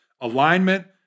Alignment